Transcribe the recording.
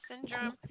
syndrome